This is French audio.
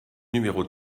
numéro